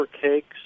cakes